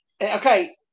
Okay